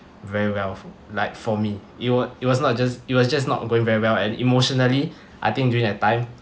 very well like for me it wa~ it was not just it was just not going very well and emotionally I think during that time